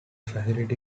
facility